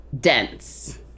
dense